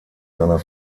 seiner